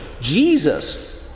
Jesus